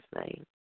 name